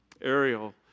Ariel